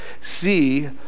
see